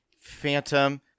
Phantom